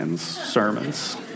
sermons